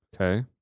Okay